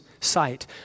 sight